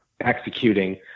executing